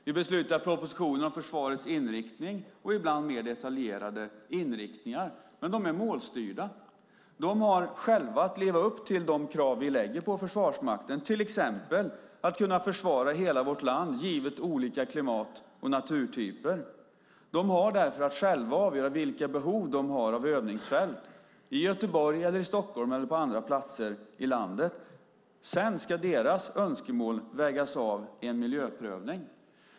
Vi beslutar utifrån en proposition om försvarets inriktning och ibland om mer detaljerade inriktningar. Men de är målstyrda. Försvarsmakten har själv att leva upp till de krav vi lägger på den, till exempel att kunna försvara hela vårt land, givet olika klimat och naturtyper. De har därför att själva avgöra vilka behov de har av övningsfält i Göteborg, Stockholm eller på andra platser i landet. Sedan ska deras önskemål vägas av i en miljöprövning.